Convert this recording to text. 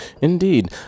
Indeed